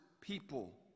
people